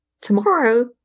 Tomorrow